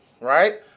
right